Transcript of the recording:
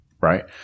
Right